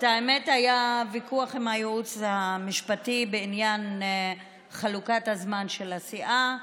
האמת היא שהיה ויכוח עם הייעוץ המשפטי בעניין חלוקת הזמן של הסיעה,